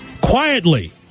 quietly